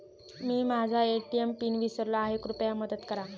मी माझा ATM pin विसरलो आहे, कृपया मदत करा